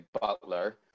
Butler